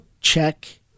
check